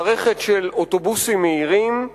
מערכת של אוטובוסים מהירים,